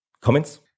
Comments